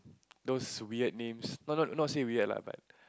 those weird names not not not say weird lah but